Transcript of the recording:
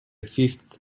fifth